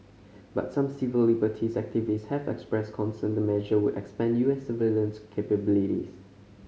but some civil liberties activists have expressed concern the measure would expand U S surveillance capabilities